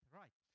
right